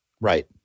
Right